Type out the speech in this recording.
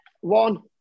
one